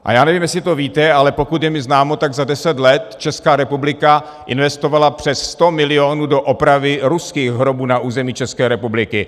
A já nevím, jestli to víte, ale pokud je mi známo, tak za deset let Česká republika investovala přes sto milionů na opravu ruských hrobů na území České republiky.